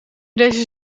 deze